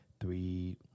three